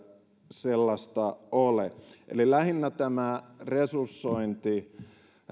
sellaista ole eli lähinnä tämä resursointi